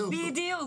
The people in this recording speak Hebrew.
בנושא.